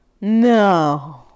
No